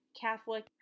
Catholic